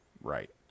Right